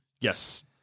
Yes